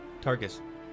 Tarkus